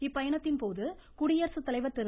இப்பயணத்தின் போது குடியரசுத்தலைவர் திரு